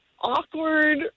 awkward